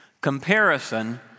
Comparison